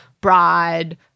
Broad